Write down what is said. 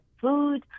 food